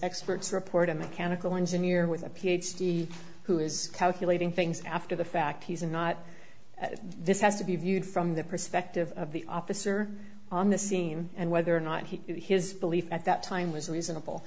expert's report a mechanical engineer with a ph d who is calculating things after the fact he's not at this has to be viewed from the perspective of the officer on the scene and whether or not he his belief at that time was reasonable